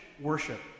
worship